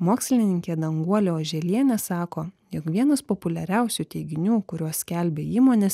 mokslininkė danguolė oželienė sako jeigu vienas populiariausių teiginių kuriuos skelbia įmonės